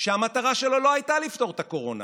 שהמטרה שלו לא הייתה לפתור את הקורונה.